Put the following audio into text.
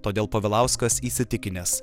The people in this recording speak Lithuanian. todėl povilauskas įsitikinęs